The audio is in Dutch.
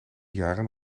jaren